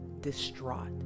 distraught